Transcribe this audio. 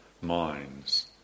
minds